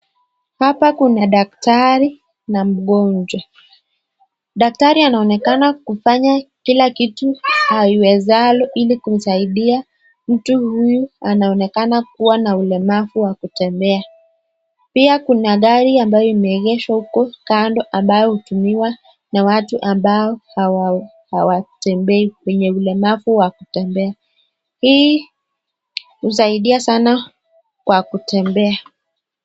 Hapa kuna daktari na mgonjwa, daktari anaonekana kufanya kila kitu awezalo ili kumsaidia mtu huyu anaonekana kuwa na ulemavu wa kutembea. Pia kuna gari ambayo imeegeshwa huko kando ambayo hutumiwa na watu ambao hawatembei, wenye ulemavu wa kutembea. Hii husaidia sana kwa kutembea.